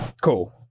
cool